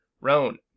Roan